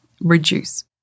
reduce